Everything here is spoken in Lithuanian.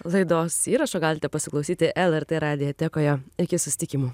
laidos įrašo galite pasiklausyti lrt radiotekoje iki susitikimo